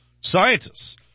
scientists